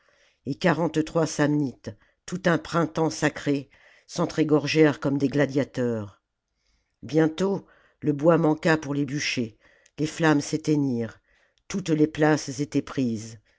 et quarante trois samnites tout un printemps sacré s entr égorgèrent comme des gladiateurs bientôt le bois manqua pour les bûchers les flammes s'éteignirent toutes les places étaient prises